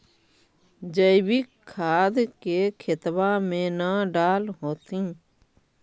जैवीक खाद के खेतबा मे न डाल होथिं?